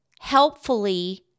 helpfully